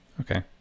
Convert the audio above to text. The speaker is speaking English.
okay